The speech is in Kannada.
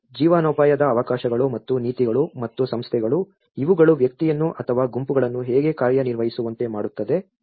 ಜೀವನೋಪಾಯದ ಅವಕಾಶಗಳು ಮತ್ತು ನೀತಿಗಳು ಮತ್ತು ಸಂಸ್ಥೆಗಳು ಇವುಗಳು ವ್ಯಕ್ತಿಯನ್ನು ಅಥವಾ ಗುಂಪುಗಳನ್ನು ಹೇಗೆ ಕಾರ್ಯನಿರ್ವಹಿಸುವಂತೆ ಮಾಡುತ್ತದೆ